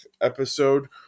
episode